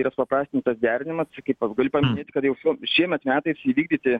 yra supaprastintas derinimas čia kaip galiu paminėti kad jau šiemet metais įvykdyti